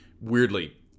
weirdly